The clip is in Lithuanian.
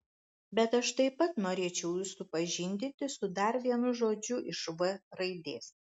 bet aš taip pat norėčiau jus supažindinti su dar vienu žodžiu iš v raidės